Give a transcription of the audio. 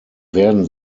werden